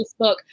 Facebook